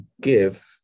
give